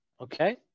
Okay